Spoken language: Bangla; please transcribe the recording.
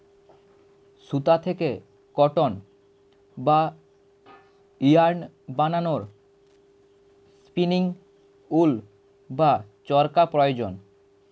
সুতা থেকে কটন বা ইয়ারন্ বানানোর স্পিনিং উঈল্ বা চরকা প্রয়োজন